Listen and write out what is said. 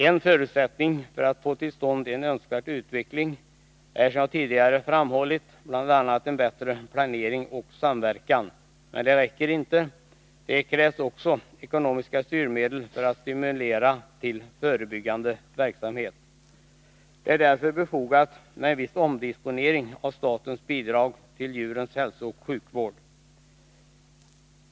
En förutsättning för att få till stånd en önskvärd utveckling är, som jag tidigare framhållit, bl.a. en bättre planering och samverkan. Men det räcker inte. Det krävs också ekonomiska styrmedel för att stimulera till förebyggande verksamhet. Det är därför befogat med en viss omdisponering av statens bidrag till djurens hälsooch sjukvård.